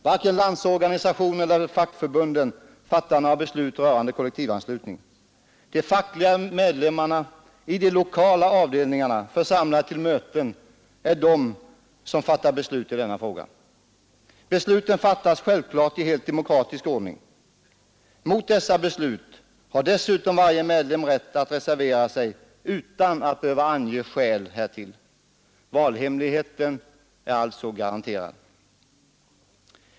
Varken Landsorganisationen eller fackförbunden beslutar rörande kollek tivanslutning. De fackliga medlemmarna i de lokala avdelningarna, församlade till möten, är de som fattar beslut i dessa frågor. Besluten fattas självfallet i helt demokratisk ordning. Mot dessa beslut har dessutom varje medlem rätt att reservera sig utan att behöva ange skäl härtill. Valhemligheten är alltså garanterad.